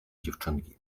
dziewczynki